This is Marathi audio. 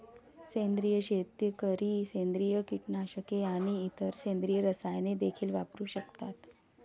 सेंद्रिय शेतकरी सेंद्रिय कीटकनाशके आणि इतर सेंद्रिय रसायने देखील वापरू शकतात